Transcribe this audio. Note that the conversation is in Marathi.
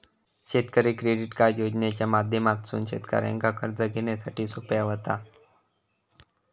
शेतकरी क्रेडिट कार्ड योजनेच्या माध्यमातसून शेतकऱ्यांका कर्ज घेण्यासाठी सोप्या व्हता